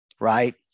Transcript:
right